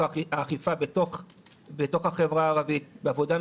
לסייע בתחום איכות החיים והלחימה בפשיעה,